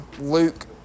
luke